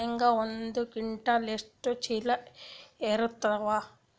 ಶೇಂಗಾ ಒಂದ ಕ್ವಿಂಟಾಲ್ ಎಷ್ಟ ಚೀಲ ಎರತ್ತಾವಾ?